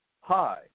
hi